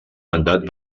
mandat